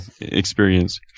experience